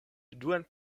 duan